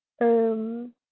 um